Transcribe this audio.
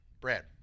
Brad